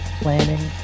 planning